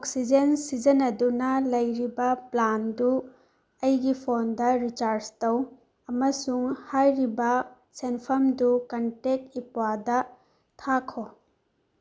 oxygen ꯁꯤꯖꯤꯟꯅꯗꯨꯅ ꯂꯩꯔꯤꯕ ꯄ꯭ꯂꯥꯟꯗꯨ ꯑꯩꯒꯤ ꯐꯣꯟꯗ ꯔꯤꯆꯥꯔꯁ ꯇꯧ ꯑꯃꯁꯨꯡ ꯍꯥꯏꯔꯤꯕ ꯁꯦꯟꯐꯝꯗꯨ ꯀꯟꯇꯦꯛ ꯏꯄ꯭ꯋꯥꯗ ꯊꯥꯈꯣ